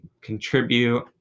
contribute